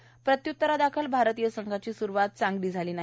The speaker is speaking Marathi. परंत् प्रत्य्तरादाखल भारतीय संघाची सुरुवात चांगली झाली नाही